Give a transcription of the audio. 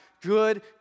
good